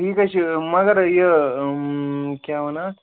ٹھیٖک حظ چھُ مگر یہِ کیٛاہ وَنان اَتھ